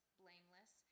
blameless